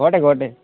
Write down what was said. ঘৰতে ঘৰতে